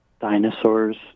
dinosaurs